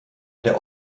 der